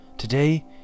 Today